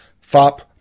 FOP